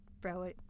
Bro